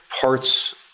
parts